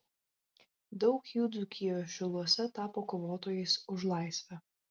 daug jų dzūkijos šiluose tapo kovotojais už laisvę